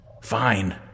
Fine